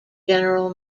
general